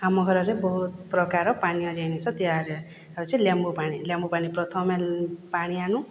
ଆମ ଘରରେ ବହୁତ ପ୍ରକାର ପାନୀୟ ଜିନିଷ ଦିଆଯାଏ ହେଉଛି ଲେମ୍ବୁପାଣି ଲେମ୍ବୁପାଣି ପ୍ରଥମେ ପାଣି ଆଣୁ